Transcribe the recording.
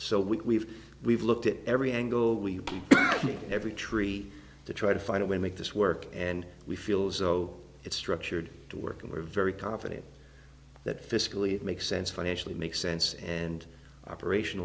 we we've looked at every angle we meet every tree to try to find a way to make this work and we feel as though it's structured to work and we're very confident that fiscally it makes sense financially makes sense and operation